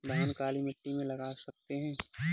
धान काली मिट्टी में लगा सकते हैं?